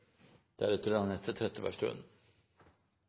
stortingsrepresentant. Anette Trettebergstuen